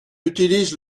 utilise